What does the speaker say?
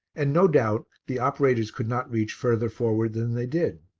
and no doubt the operators could not reach further forward than they did.